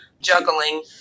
juggling